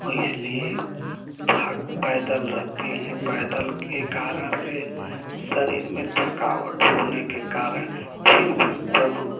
और इसलिए थक पैदल रहते हैं पैदल के कारण से शरीर में थकावट होने के कारण फिर भी प्रभु